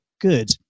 good